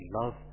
love